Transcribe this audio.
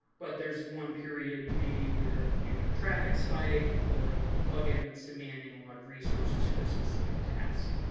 but there's one period, maybe, where you have a traffic spike or you have a plugin that's demanding a lot of resources for a specific task.